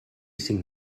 cinc